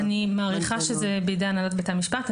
אני מעריכה שזה בידי הנהלת בתי המשפט.